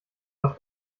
was